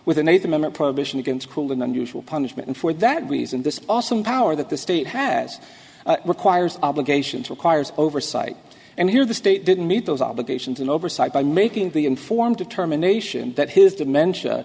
with another member prohibition against cruel and unusual punishment and for that reason this awesome power that the state has requires obligations requires oversight and here the state didn't meet those obligations and oversight by making the informed determination that his dementia